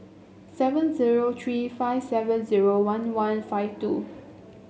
seven zero three five seven zero one one five two